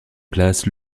place